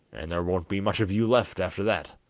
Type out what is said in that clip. and there won't be much of you left after that